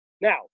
now